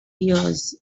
years